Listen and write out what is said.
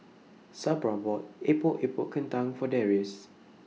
Sabra bought Epok Epok Kentang For Darrius